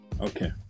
Okay